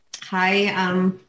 Hi